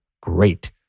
Great